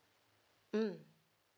mm